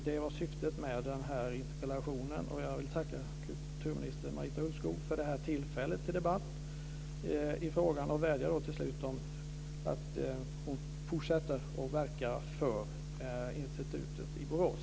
Det var syftet med den här interpellationen, och jag vill tacka kulturminister Marita Ulvskog för det här tillfället till debatt i frågan. Jag vädjar till slut om att hon ska fortsätta att verka för institutet i Borås.